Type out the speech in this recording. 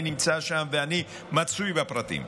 אני נמצא שם ואני מצוי בפרטים,